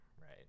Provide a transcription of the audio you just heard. right